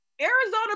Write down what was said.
Arizona